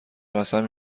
قسم